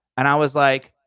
and i was like,